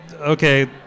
okay